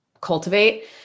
cultivate